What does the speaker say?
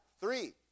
Three